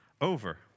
over